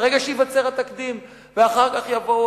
ברגע שייווצר התקדים ואחר כך יבואו,